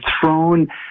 thrown